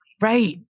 Right